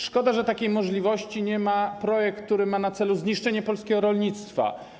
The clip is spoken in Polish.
Szkoda, że takiej możliwości nie ma projekt, który ma na celu zniszczenie polskiego rolnictwa.